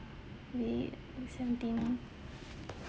wait mm seventeen